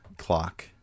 clock